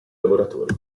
lavoratori